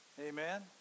Amen